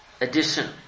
addition